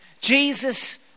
Jesus